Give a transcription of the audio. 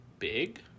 Big